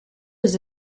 was